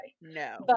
No